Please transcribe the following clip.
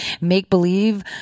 make-believe